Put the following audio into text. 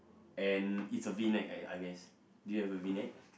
and it's a V neck I I guess do you have a V neck